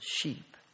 sheep